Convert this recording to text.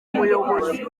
umuyobozi